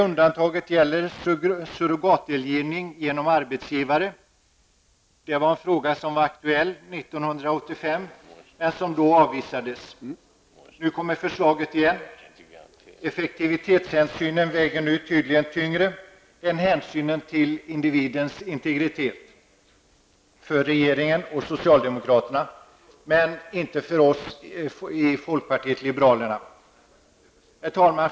Undantaget är surrogatdelgivning genom arbetsgivare. Denna fråga var aktuell 1985 men avvisades då. Nu kommer förslaget igen. Effektivitetshänsynen väger nu tydligen tyngre än hänsynen till individens integritet för regeringen och socialdemokraterna, men inte för oss i folkpartiet liberalerna.